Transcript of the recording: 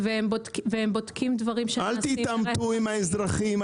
-- והם בודקים שנעשים --- אל תתעמתו עם האזרחים.